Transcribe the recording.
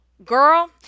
Girl